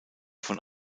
von